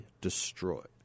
destroyed